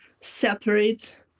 separate